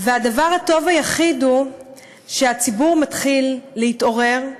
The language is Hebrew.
והדבר הטוב היחיד הוא שהציבור מתחיל להתעורר,